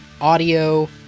audio